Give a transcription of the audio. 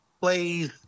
plays